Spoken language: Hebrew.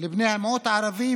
לבני המיעוט הערבי,